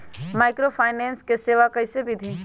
Microfinance के सेवा कइसे विधि?